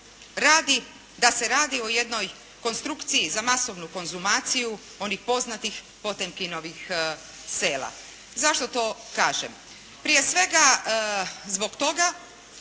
radi o jednoj konstrukciji za masovnu konzumaciju onih poznatih Potemkinovih sela. Zašto to kažem? Prije svega zbog toga